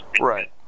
Right